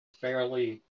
fairly